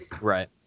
right